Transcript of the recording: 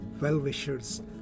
well-wishers